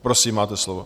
Prosím, máte slovo.